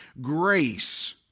grace